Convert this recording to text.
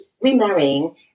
remarrying